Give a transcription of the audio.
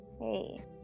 Hey